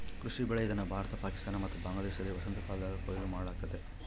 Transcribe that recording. ಕೃಷಿ ಬೆಳೆ ಇದನ್ನು ಭಾರತ ಪಾಕಿಸ್ತಾನ ಮತ್ತು ಬಾಂಗ್ಲಾದೇಶದಲ್ಲಿ ವಸಂತಕಾಲದಾಗ ಕೊಯ್ಲು ಮಾಡಲಾಗ್ತತೆ